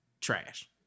trash